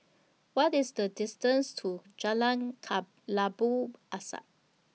What IS The distance to Jalan Kelabu Asap